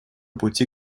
пути